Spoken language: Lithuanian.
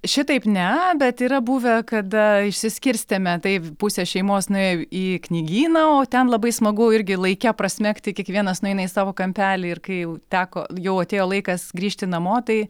šitaip ne bet yra buvę kada išsiskirstėme tai pusė šeimos nuėjo į knygyną o ten labai smagu irgi laike prasmegti kiekvienas nueina į savo kampelį ir kai jau teko jau atėjo laikas grįžti namo tai